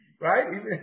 right